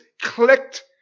clicked